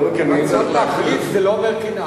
רצון להחליף זה לא אומר קנאה.